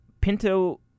Pinto